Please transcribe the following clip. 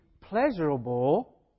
pleasurable